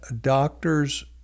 doctors